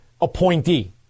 appointee